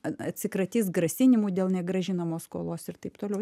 atsikratys grasinimų dėl negrąžinamos skolos ir t t